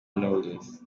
knowless